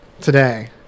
today